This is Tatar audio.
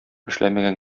эшләмәгән